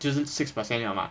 就是 six percent liao mah